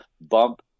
bump